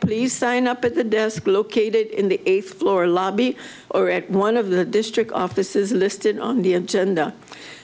please sign up at the desk located in the eighth floor lobby or at one of the district offices listed on the agenda